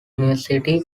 university